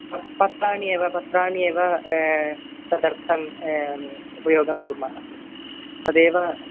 तत् पत्राणि एव पत्राणि एव तदर्थम् उपयोगं कुर्मः तदेव